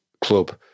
club